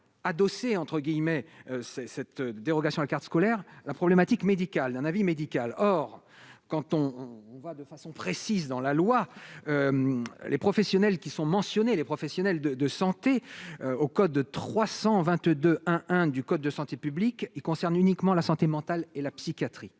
adosser, entre guillemets, c'est cette dérogation, la carte scolaire, la problématique médicale d'un avis médical, or quand on on va de façon précise dans la loi les professionnels qui sont mentionnés et les professionnels de santé au code de 322 1 du code de santé publique, il concerne uniquement la santé mentale et la psychiatrie,